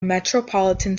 metropolitan